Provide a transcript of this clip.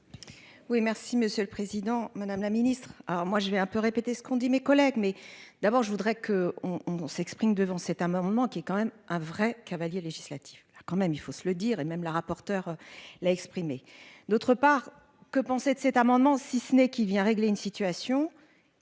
Oui, merci Monsieur le Président Madame la Ministre alors moi je vais un peu répété ce qu'ont dit mes collègues mais d'abord je voudrais que on on s'exprime devant c'est un moment qui est quand même un vrai cavalier législatif là quand même il faut se le dire et même la rapporteure là exprimé d'autre part, que penser de cet amendement si ce n'est, qui vient régler une situation.